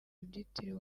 byitiriwe